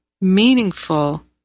meaningful